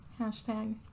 Hashtag